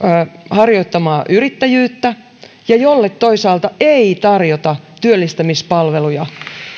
harjoittamaan yrittäjyyttä ja jolle toisaalta ei tarjota työllistämispalveluita